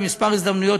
בכמה הזדמנויות,